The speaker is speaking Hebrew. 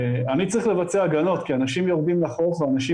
אני צריך לבצע הגנות כי אנשים יורדים לחוף ואנשים